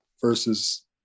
versus